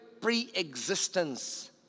pre-existence